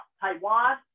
Taiwan